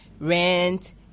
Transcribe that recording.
rent